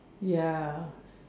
ya